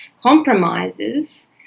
compromises